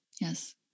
Yes